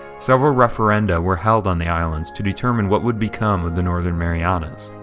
several referenda were held on the islands to determine what would become the northern marianas.